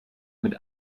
mit